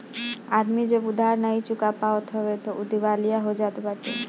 आदमी जब उधार नाइ चुका पावत हवे तअ उ दिवालिया हो जात बाटे